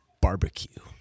barbecue